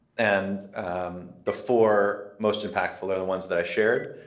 and the four most impactful are the ones that i shared.